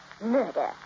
murder